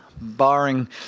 barring